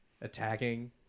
attacking